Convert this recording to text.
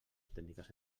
tècniques